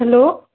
hello